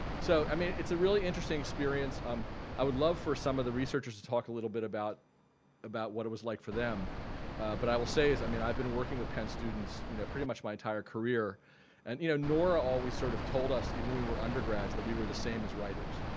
so i mean it's a really interesting experience. um i would love for some of the researchers to talk a little bit about about what it was like for them but i will say is i mean i've been working with penn students you know pretty much my entire career and you know nora always sort of told us even when we were undergrads that we were the same as writers.